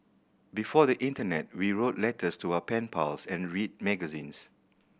before the internet we wrote letters to our pen pals and read magazines